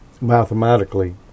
mathematically